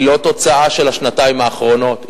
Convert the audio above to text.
והיא לא תוצאה של השנתיים האחרונות.